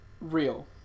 real